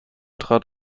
trat